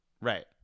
Right